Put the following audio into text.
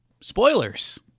spoilers